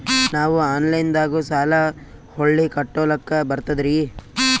ನಾವು ಆನಲೈನದಾಗು ಸಾಲ ಹೊಳ್ಳಿ ಕಟ್ಕೋಲಕ್ಕ ಬರ್ತದ್ರಿ?